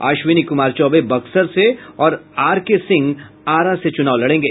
अश्विनी कुमार चौबे बक्सर से और R K Singh Arrah से चूनाव लड़ेंगे